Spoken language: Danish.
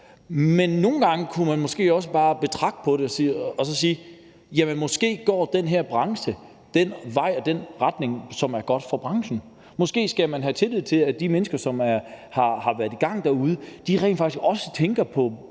Men nogle gange kunne man måske også bare betragte det og sige, at branchen måske går den vej og i den retning, som er god for branchen, og måske skal man have tillid til, at de mennesker, der har været i gang derude, rent faktisk også tænker på